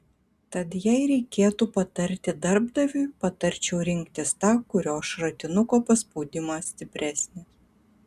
tad jei reikėtų patarti darbdaviui patarčiau rinktis tą kurio šratinuko paspaudimas stipresnis